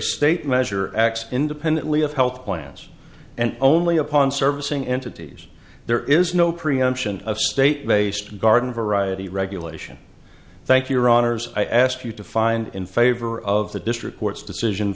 state measure acts independently of health plans and only upon servicing entities there is no preemption of state based garden variety regulation thank your honour's i ask you to find in favor of the district court's